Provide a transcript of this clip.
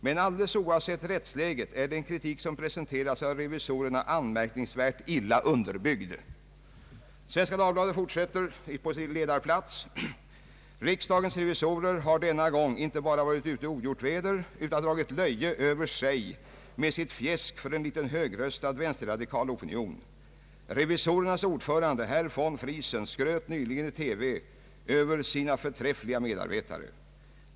Men alldeles oavsett rättsläget är den kritik som presenteras av revisorerna anmärkningsvärt illa underbyggd.» Svenska Dagbladet fortsätter: »Riksdagens revisorer har denna gång inte bara varit ute i ogjort väder utan dragit löje över sig med sitt fjäsk för en liten högröstad vänsterradikal opinion. Revisorernas ordförande hr v. Friesen skröt nyligen i TV över sina förträffliga medarbetare.